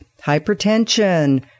hypertension